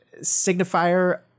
signifier